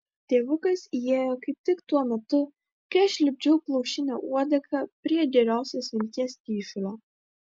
tėvukas įėjo kaip tik tuo metu kai aš lipdžiau plaušinę uodegą prie gerosios vilties kyšulio